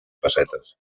pessetes